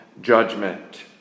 judgment